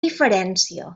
diferència